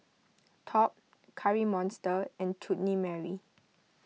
Top Curry Monster and Chutney Mary